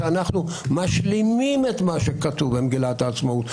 שאנחנו משלימים את מה שכתוב במגילת העצמאות,